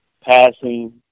passing